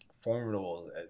formidable